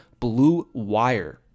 BLUEWIRE